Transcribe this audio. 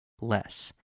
less